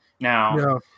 Now